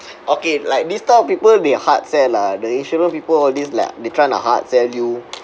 okay like this type of people they hard sell lah the insurance people all this like they try to hard sell you